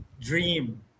dream